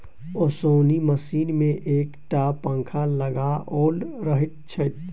ओसौनी मशीन मे एक टा पंखा लगाओल रहैत छै